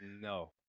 no